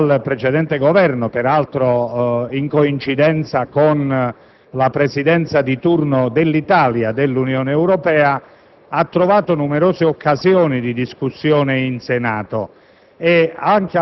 legislatura, peraltro in coincidenza con la Presidenza di turno dell'Italia dell'Unione Europea, ha trovato numerose occasioni di discussione in Senato.